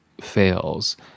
fails